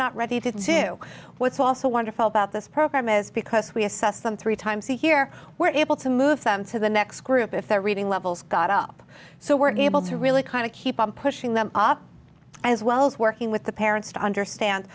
not ready to do what's also wonderful about this program is because we assess them three times here we're able to move them to the next group if they're reading levels got up up so working able to really kind of keep on pushing them up as well as working with the parents to understand